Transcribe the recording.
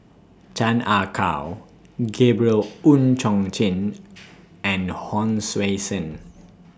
Chan Ah Kow Gabriel Oon Chong Jin and Hon Sui Sen